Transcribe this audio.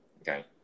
Okay